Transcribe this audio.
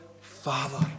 Father